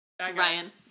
Ryan